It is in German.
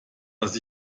was